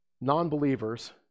Non-believers